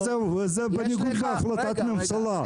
וזה בניגוד להחלטת ממשלה.